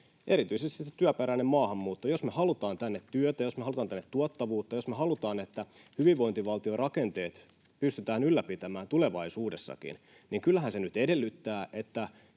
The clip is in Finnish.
Erityisesti se työperäinen maahanmuutto: jos me halutaan tänne työtä, jos me halutaan tänne tuottavuutta, jos me halutaan, että hyvinvointivaltion rakenteet pystytään ylläpitämään tulevaisuudessakin, niin kyllähän se nyt edellyttää, että